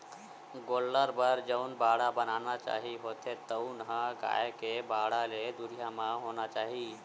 गोल्लर बर जउन बाड़ा बनाना चाही होथे तउन ह गाय के बाड़ा ले दुरिहा म होना चाही